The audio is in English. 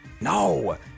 No